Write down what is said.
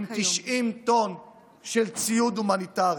עם 90 טון של ציוד הומניטרי.